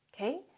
okay